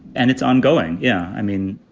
and it's ongoing. yeah. i mean,